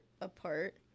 apart